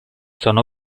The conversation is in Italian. sono